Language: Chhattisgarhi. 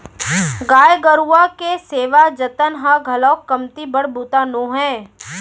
गाय गरूवा के सेवा जतन ह घलौ कमती बड़ बूता नो हय